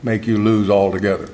make you lose all together